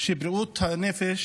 שבריאות הנפש